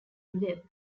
webb